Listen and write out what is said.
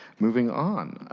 moving on,